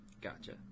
Gotcha